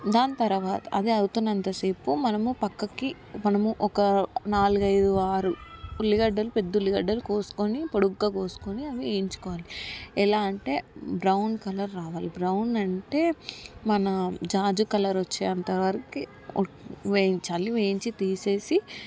దానితర్వాత అది అవుతున్నంతసేపు మనం పక్కకి మనము ఒక నాలుగు ఐదు ఆరు ఉల్లిగడ్డలు పెద్ద ఉల్లిగడ్డలు కోసుకొని పొడుగ్గా కోసుకొని అవి వేయించుకోవాలి ఎలా అంటే బ్రౌన్ కలర్ రావాలి బ్రౌన్ అంటే మన జాజి కలర్ వచ్చేంతవరకి వేయించాలి వేయించి తీసేసి